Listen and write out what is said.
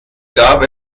gab